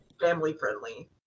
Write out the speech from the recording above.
family-friendly